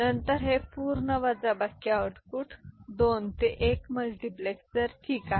आणि नंतर हे पूर्ण वजाबाकी आउटपुट 2 ते 1 मल्टिप्लेसर ठीक आहे